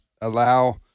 allow